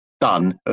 done